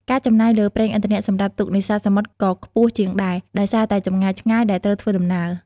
ការចំណាយលើប្រេងឥន្ធនៈសម្រាប់ទូកនេសាទសមុទ្រក៏ខ្ពស់ជាងដែរ ដោយសារតែចម្ងាយឆ្ងាយដែលត្រូវធ្វើដំណើរ។